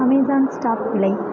Amazon stock விலை